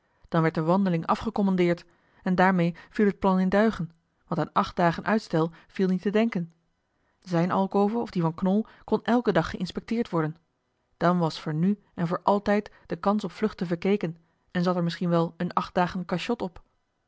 dan werd de wandeling afgekommandeerd en daarmee viel het plan in duigen want aan acht dagen uitstel viel niet te denken zijne alcove of die van knol kon elken dag geinspecteerd worden dan was voor nu en voor altijd de kans op vluchten verkeken en zat er misschien wel een acht dagen cachot op